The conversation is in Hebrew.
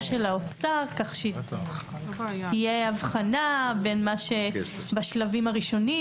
של האוצר כך שתהיה הבחנה בין מה שבשלבים הראשונים.